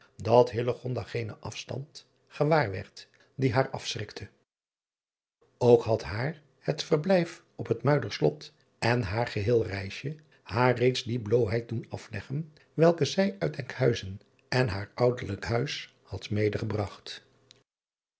dat geenen afstand gewàar werd die haar asschrikte ok had haar het verblijf op het uiderslot en haar geheel reisje haar reeds die bloôheid doen afleggen welke zij uit nkhuizen en haar ouderlijk huis had